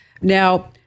Now